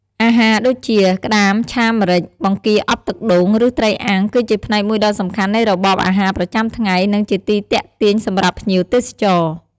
អាហារដូចជា ក្ដាមឆាម្រេច បង្គាអប់ទឹកដូង ឬ ត្រីអាំង គឺជាផ្នែកមួយដ៏សំខាន់នៃរបបអាហារប្រចាំថ្ងៃ និងជាទីទាក់ទាញសម្រាប់ភ្ញៀវទេសចរ។